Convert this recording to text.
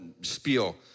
spiel